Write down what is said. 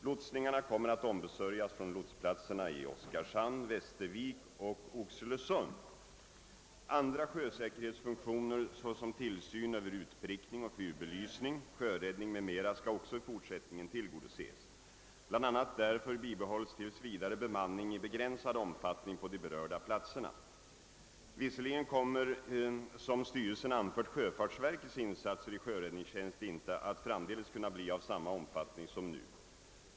Lotsningarna kommer att ombesörjas från Andra sjösäkerhetsfunktioner, såsom tillsyn över utprickning och fyrbelysning, sjöräddning m.m. skall också i fortsättningen tillgodoses. Bland annat därför bibehålls tills vidare bemanning i begränsad omfattning på de berörda platserna. Visserligen kommer som styrelsen anfört sjöfartsverkets insatser i sjöräddningstjänst inte att framdeles kunna bli av samma omfattning som nu.